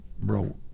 wrote